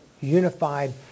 unified